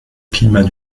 climat